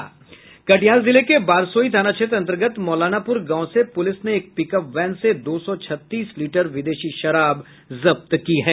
कटिहार जिले के बारसोई थाना क्षेत्र अंतर्गत मौलानापुर गांव से पुलिस ने एक पिकअप वैन से दो सौ छत्तीस लीटर विदेशी शराब जब्त की है